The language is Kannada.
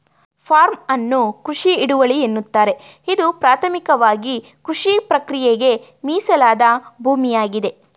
ಫಾರ್ಮ್ ಅನ್ನು ಕೃಷಿ ಹಿಡುವಳಿ ಎನ್ನುತ್ತಾರೆ ಇದು ಪ್ರಾಥಮಿಕವಾಗಿಕೃಷಿಪ್ರಕ್ರಿಯೆಗೆ ಮೀಸಲಾದ ಭೂಮಿಯಾಗಿದೆ